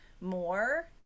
more